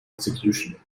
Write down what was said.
execution